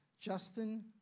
Justin